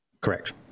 Correct